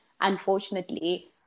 Unfortunately